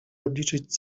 obliczyć